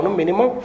minimum